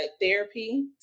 therapy